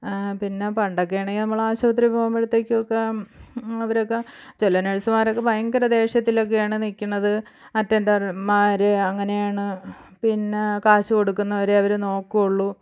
പിന്നെ പണ്ടൊക്കെ ആണെങ്കിൽ നമ്മൾ ആശുപത്രി പോവുമ്പോഴത്തേക്കുമൊക്കെ അവരൊക്കെ ചില നഴ്സ്മാരൊക്കെ ഭയങ്കര ദേഷ്യത്തിലൊക്കെയാണ് നിൽക്കുന്നത് അറ്റൻഡർമാർ അങ്ങനെയാണ് പിന്നെ കാശു കൊടുക്കുന്നവരെ അവർ നോക്കുകയുള്ളു